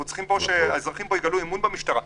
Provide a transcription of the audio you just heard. אנחנו צריכים שהאזרחים פה יגלו אמון במשטרה.